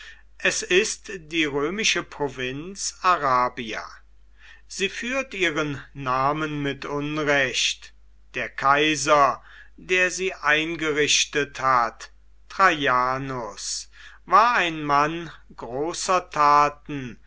es ist die römische provinz arabia sie führt ihren namen mit unrecht der kaiser der sie eingerichtet hat traianus war ein mann großer taten